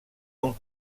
uns